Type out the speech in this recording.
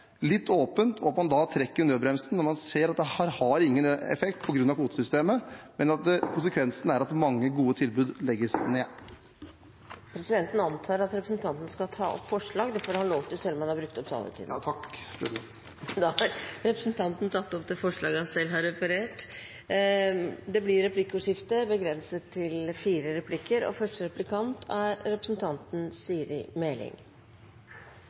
litt åpent, og at man trekker i nødbremsen når man ser at dette har ingen effekt på grunn av kvotesystemet, og at konsekvensen er at mange gode tilbud legges ned. Presidenten antar at representanten skal ta opp forslag. Det får han lov til, selv om han har brukt opp taletiden. Ja. Takk, president. Representanten Trygve Slagsvold Vedum har tatt opp forslagene fra Senterpartiet. Det blir replikkordskifte. I flere replikkordskifter har representanten Slagsvold Vedum tatt opp flyseteavgiften og